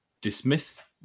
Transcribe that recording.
dismiss